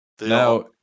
Now